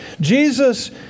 Jesus